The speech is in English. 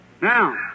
Now